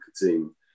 team